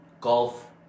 golf